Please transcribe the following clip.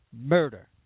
murder